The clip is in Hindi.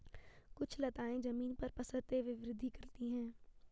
कुछ लताएं जमीन पर पसरते हुए वृद्धि करती हैं